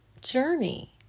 journey